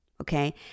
okay